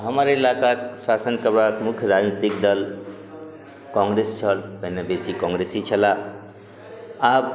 हमर इलाकाक शासन करबाक मुख्य राजनीतिक दल कांग्रेस छल पहिने बेसी कांग्रेसी छलाह आब